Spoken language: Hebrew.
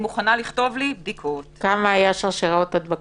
מבחינה אפידמיולוגית, היה הרבה יותר בטוח